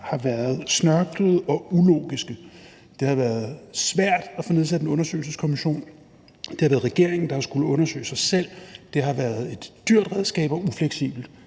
har været snørklede og ulogiske. Det har været svært at få nedsat en undersøgelseskommission. Det har været regeringen, der har skullet undersøge sig selv. Det har været et dyrt redskab og ufleksibelt.